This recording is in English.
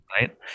Right